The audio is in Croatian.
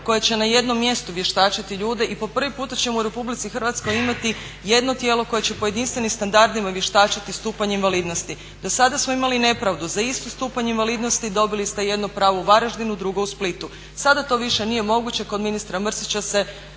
koje će na jednom mjestu vještačiti ljude i po prvi puta ćemo u RH imati jedno tijelo koje će po jedinstvenim standardima vještačiti stupanj invalidnosti. Dosada smo imali nepravdu, za isti stupanj invalidnosti dobili ste jedno pravo u Varaždinu, drugo u Splitu. Sada to više nije moguće, kod ministra Mrsića se